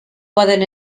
poden